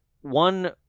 one